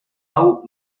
hau